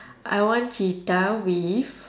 I want cheetah with